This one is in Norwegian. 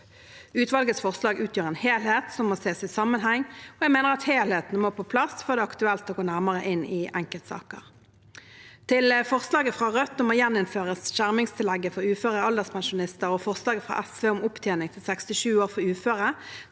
Utvalgets forslag utgjør en helhet som må ses i sammenheng, og jeg mener at helheten må på plass før det er aktuelt å gå nærmere inn i enkeltsaker. Til forslaget fra Rødt om å gjeninnføre skjermingstillegget for uføre alderspensjonister og forslaget fra SV om opptjening til 67 år for uføre